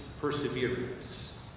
perseverance